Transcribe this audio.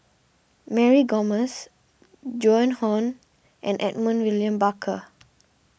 Mary Gomes Joan Hon and Edmund William Barker